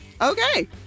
Okay